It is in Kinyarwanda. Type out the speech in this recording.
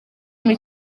muri